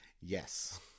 Yes